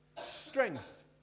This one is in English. strength